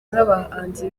n’abahanzi